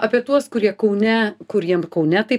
apie tuos kurie kaune kuriem kaune tai